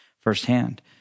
firsthand